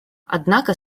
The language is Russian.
однако